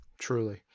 Truly